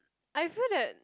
I feel that